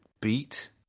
beat